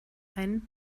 einen